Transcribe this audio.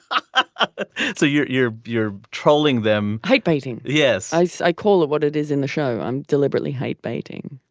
ah so you're you're you're trolling them hate baiting. yes i so i call it what it is in the show. i'm deliberately hate baiting.